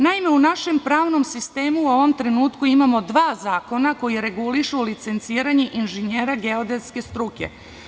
Naime, u našem pravnom sistemu u ovom trenutku imamo dva zakona koji regulišu licenciranje inženjera geodetske struke.